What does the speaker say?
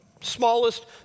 smallest